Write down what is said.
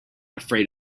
afraid